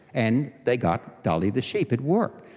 and they got dolly the sheep, it worked.